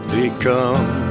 become